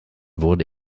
wurde